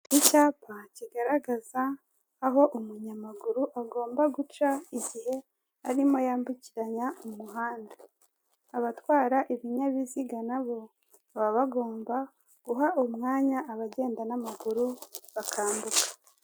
Icyapa kigaragaza aho umunyamaguru agomba guca igihe arimo yambukiranya umuhanda, abatwara ibinyabiziga na bo baba bagomba guha umwanya abagenda n'amaguru bakambuka.